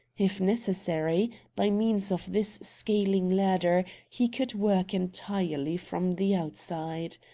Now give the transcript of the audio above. if necessary, by means of this scaling ladder, he could work entirely from the outside.